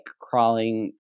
crawling